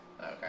Okay